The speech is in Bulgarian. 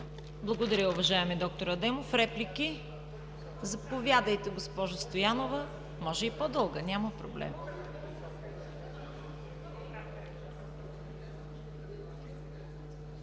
Благодаря, уважаеми д-р Адемов! Реплики? Заповядайте, госпожо Стоянова, може и по-дълга, няма проблем.